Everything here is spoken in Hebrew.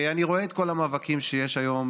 אני רואה את כל המאבקים שיש היום